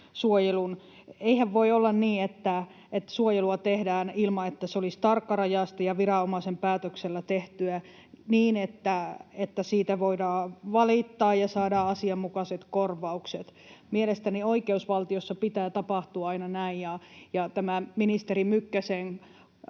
Eihän voi olla niin, että suojelua tehdään ilman, että se olisi tarkkarajaista ja viranomaisen päätöksellä tehtyä niin, että siitä voidaan valittaa ja saadaan asianmukaiset korvaukset. Mielestäni oikeusvaltiossa pitää tapahtua aina näin. Ministeri Mykkäsen